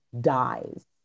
dies